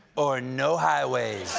or no highway.